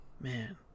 Man